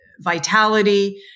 vitality